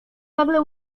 nagle